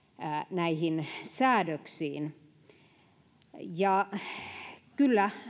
näihin säädöksiin kyllä